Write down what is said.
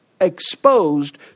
exposed